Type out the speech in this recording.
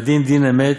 והדין דין אמת,